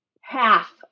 half